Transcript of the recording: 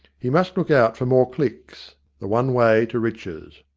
he must look out for more clicks the one way to riches.